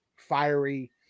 fiery